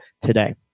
today